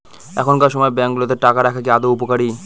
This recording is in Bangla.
এখনকার সময় ব্যাঙ্কগুলোতে টাকা রাখা কি আদৌ উপকারী?